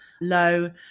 low